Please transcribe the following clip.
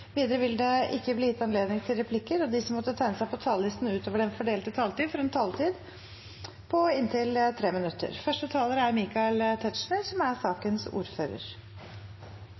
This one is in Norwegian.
Videre vil det ikke bli gitt anledning til replikker, og de som måtte tegne seg på talerlisten utover den fordelte taletid, får også en taletid på inntil 3 minutter. Først takk til forslagsstillarane, som